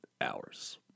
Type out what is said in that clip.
hours